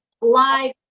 live